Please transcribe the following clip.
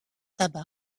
tabac